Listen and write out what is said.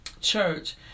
church